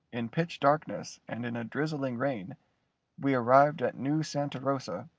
in pitch darkness and in a drizzling rain we arrived at new santa rosa,